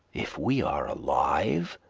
if we are alive,